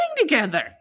together